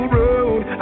road